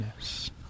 Yes